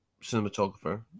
cinematographer